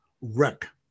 wreck